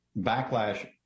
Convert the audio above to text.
backlash